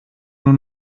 nur